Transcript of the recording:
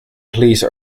police